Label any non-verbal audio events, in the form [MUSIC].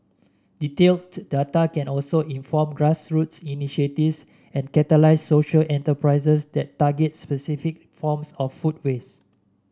detailed [UNINTELLIGIBLE] can also inform grassroots initiatives and catalyse social enterprises that target specific forms of food waste